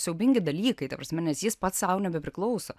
siaubingi dalykai ta prasme nes jis pats sau nebepriklauso